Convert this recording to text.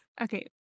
okay